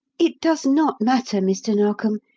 it does not matter, mr. narkom,